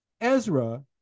Ezra